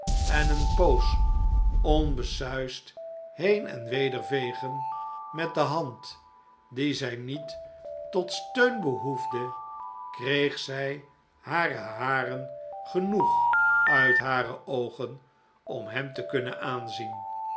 en eene poos onbesuisd heen en weder vegen met de hand die zij niet tot steun behoefde kreeg zij hare haren genoeg uit hare oogen om hem te kunnen aanzien